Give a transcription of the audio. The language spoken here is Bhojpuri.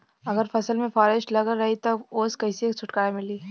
अगर फसल में फारेस्ट लगल रही त ओस कइसे छूटकारा मिली?